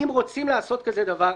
אם רוצים לעשות כזה דבר,